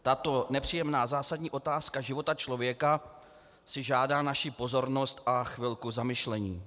Tato nepříjemná zásadní otázka života člověka si žádá naši pozornost a chvilku zamyšlení.